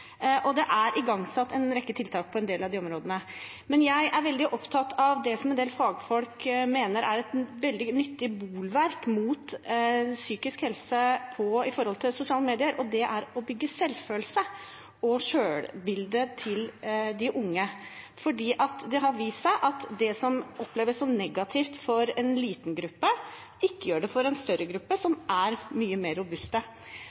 og det er igangsatt en rekke tiltak på en del av de områdene. Men jeg er svært opptatt av det som en del fagfolk mener er et veldig nyttig bolverk mot psykiske helseskader også når det gjelder sosiale medier, og det er å bygge selvfølelsen og selvbildet til de unge, for det har vist seg at det som oppleves som negativt for en liten gruppe, ikke gjør det for en større gruppe, som er mye mer